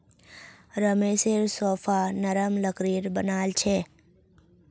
रमेशेर सोफा नरम लकड़ीर बनाल छ